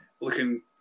looking